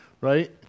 right